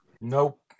Nope